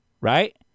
right